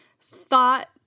thought